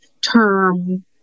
term